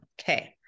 Okay